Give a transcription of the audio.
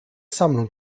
sammlung